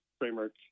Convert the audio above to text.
Framework